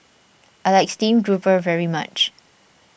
I like Stream Grouper very much